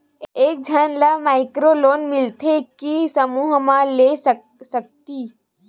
एक झन ला माइक्रो लोन मिलथे कि समूह मा ले सकती?